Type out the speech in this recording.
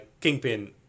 Kingpin